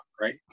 right